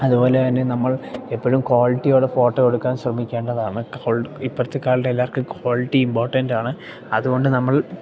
അതുപോലെ തന്നെ നമ്മൾ എപ്പഴും ക്വാളിറ്റിയോടെ ഫോട്ടോ എടുക്കാൻ ശ്രമിക്കേണ്ടതാണ് ക്വൾ ഇപ്പഴത്തെക്കാലത്ത് എല്ലാർക്കും ക്വാളിറ്റി ഇമ്പോർട്ടന്റാണ് അതുകൊണ്ട് നമ്മൾ